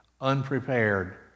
unprepared